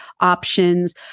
options